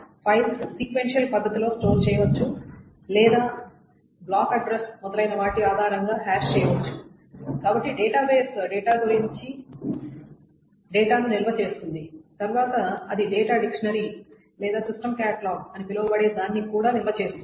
files sequential పద్ధతిలో store చేయవచ్చు లేదా బ్లాక్ అడ్రస్ మొదలైన వాటి ఆధారంగా హ్యాష్ చేయవచ్చు కాబట్టి డేటాబేస్ డేటా గురించి డేటాను నిల్వ చేస్తుంది తర్వాత అది డేటా డిక్షనరీ లేదా సిస్టమ్ కేటలాగ్ అని పిలవబడే దాన్ని కూడా నిల్వ చేస్తుంది